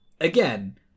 again